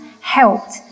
helped